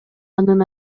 анын